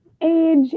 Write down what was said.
age